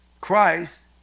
Christ